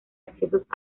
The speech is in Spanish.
accesos